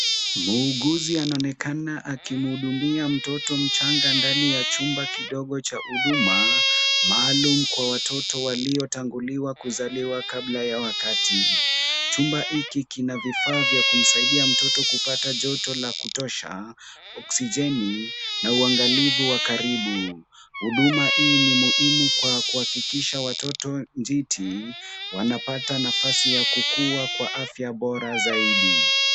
Muuguzi anaonekana akimhudumia mtoto mchanga ndani ya chumba kidogo cha huduma maalum kwa watoto waliotangulia kuzaliwa kabla ya wakati. Chumba hiki kina vifaa vya kumsaidia mtoto kupata joto la kutosha, oksijeni na uangalifu wa karibu. Huduma hii ni muhimu kwa kuhakikisha watoto njiti wanapata nafasi ya kukuwa na afya bora zaidi.